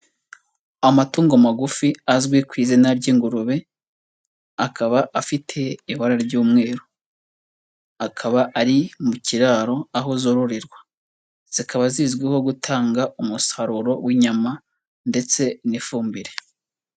Amatungo magufi azwi ku izina ry'ingurube akaba afite ibara ry'umweru, akaba ari mu kiraro aho zororerwa, zikaba zizwiho gutanga umusaruro w'inyama ndetse n'ifumbire.